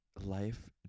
Life